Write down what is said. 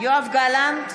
יואב גלנט,